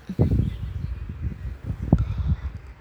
ya